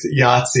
Yahtzee